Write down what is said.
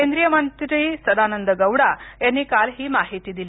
केंद्रीय मंत्री सदानंद गौडा यांनी काल ही माहिती दिली